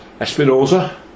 Espinosa